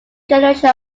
generation